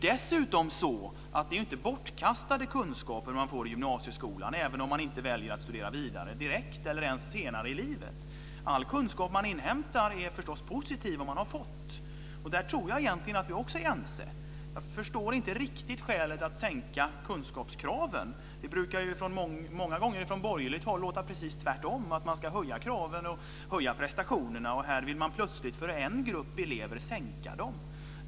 Dessutom är det ju inte bortkastade kunskaper man får i gymnasieskolan, även om man inte väljer att studera vidare direkt eller ens senare i livet. All kunskap man inhämtar är förstås positiv. Där tror jag egentligen att vi också är ense. Jag förstår inte riktigt skälet till att sänka kunskapskraven. Det brukar ju många gånger från borgerligt håll låta precis tvärtom, att man ska höja kraven och höja prestationerna. Här vill man plötsligt sänka dem för en grupp elever.